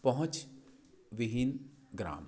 पहुँच विहीन ग्राम